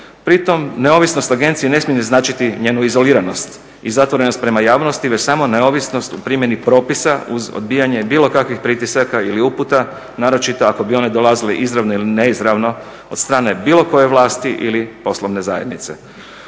Pritom neovisnost agencije ne smije značiti njenu izoliranost i zatvorenost prema javnosti već samo neovisnost u primjeni propisa uz odbijanje bilo kakvih pritisaka ili uputa naročito ako bi one dolazile izravno ili neizravno od strane bilo koje vlasti ili poslovne zajednice.